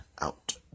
Out